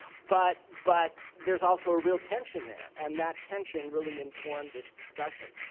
but but there's also a real tension there and that tension really informed this discussion.